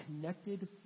connected